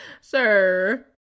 sir